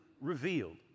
revealed